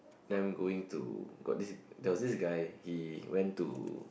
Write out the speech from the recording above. them going to got this there was this guy he went to